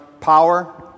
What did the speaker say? power